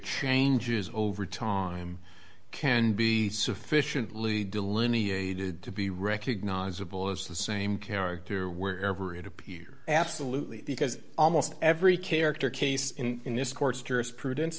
changes over time can be sufficiently delineated to be recognizable as the same character where ever it appear absolutely because almost every character case in this course jurisprudence